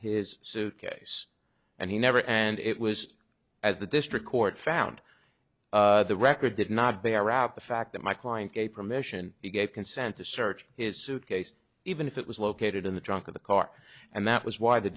his suit case and he never and it was as the district court found the record did not bear out the fact that my client gave permission he gave consent to search his suitcase even if it was located in the trunk of the car and that was why the